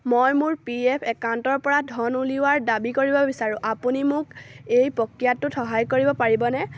মই মোৰ P F একাউণ্টৰপৰা ধন উলিওৱাৰ দাবী কৰিব বিচাৰোঁ আপুনি মোক এই প্ৰক্ৰিয়াটোত সহায় কৰিব পাৰিবনে